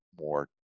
more